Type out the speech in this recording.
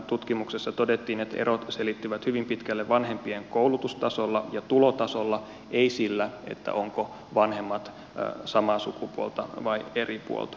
tutkimuksessa todettiin että erot selittyvät hyvin pitkälle vanhempien koulutustasolla ja tulotasolla eivät sillä ovatko vanhemmat samaa sukupuolta vai eri sukupuolta